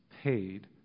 Paid